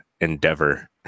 endeavor